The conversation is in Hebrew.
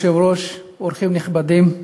אדוני היושב-ראש, אורחים נכבדים,